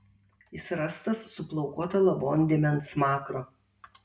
jis rastas su plaukuota lavondėme ant smakro